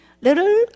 little